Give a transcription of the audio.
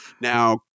Now